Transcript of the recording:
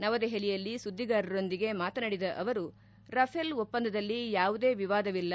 ನವದೆಹಲಿಯಲ್ಲಿ ಸುದ್ದಿಗಾರರೊಂದಿಗೆ ಮಾತನಾಡಿದ ಅವರು ರಫೇಲ್ ಒಪ್ಪಂದದಲ್ಲಿ ಯಾವುದೇ ವಿವಾದವಿಲ್ಲ